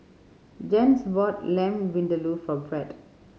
Jens bought Lamb Vindaloo for Brett